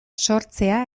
sortzea